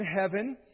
heaven